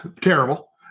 terrible